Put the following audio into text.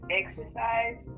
exercise